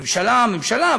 הממשלה ממשלה,